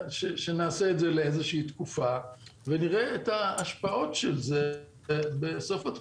שנעשה את זה לתקופה ונראה את ההשפעות של זה בסוף התקופה.